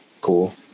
cool